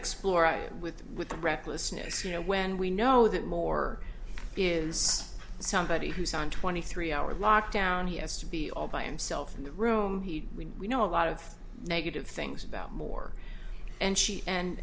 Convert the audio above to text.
explore right with with the recklessness you know when we know that moore is somebody who's on twenty three hour lockdown he has to be all by himself in the room he'd we know a lot of negative things about moore and she and